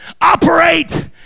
operate